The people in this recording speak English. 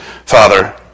Father